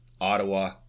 Ottawa